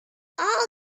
all